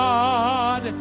God